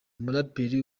umuraperi